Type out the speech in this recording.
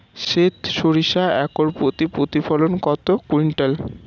সেত সরিষা একর প্রতি প্রতিফলন কত কুইন্টাল?